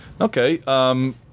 Okay